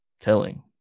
telling